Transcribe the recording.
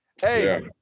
Hey